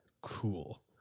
cool